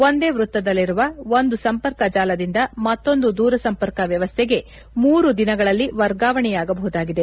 ಒಂದೇ ವೃತ್ತದಲ್ಲಿರುವ ಒಂದು ಸಂಪರ್ಕ ಜಾಲದಿಂದ ಮತ್ತೊಂದು ದೂರಸಂಪರ್ಕ ವ್ಯವಸ್ಥೆಗೆ ಮೂರು ದಿನಗಳಲ್ಲಿ ವರ್ಗಾವಣೆಯಾಗಬಹುದಾಗಿದೆ